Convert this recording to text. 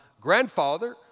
grandfather